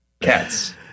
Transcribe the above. cats